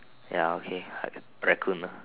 ya okay like Raccoon ah